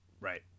Right